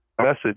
message